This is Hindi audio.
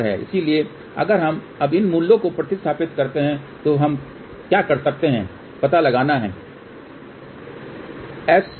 इसलिए अगर हम अब इन मूल्यों को प्रतिस्थापित करते हैं तो हम क्या कर सकते हैं पता लगाना है कि